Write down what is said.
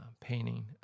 painting